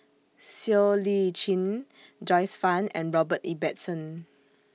Siow Lee Chin Joyce fan and Robert Ibbetson